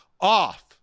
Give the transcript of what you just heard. off